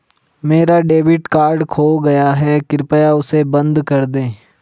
मेरा debit card खो गया है, कृपया उसे बंद कर दें